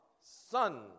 son